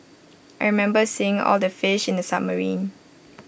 I remember seeing all the fish in the submarine